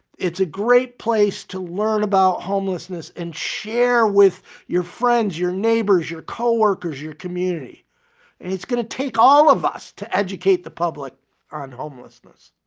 it's a great place to learn about homelessness and share with your friends, your neighbors, your co-workers, your community. and it's going to take all of us to educate the public on homelessness.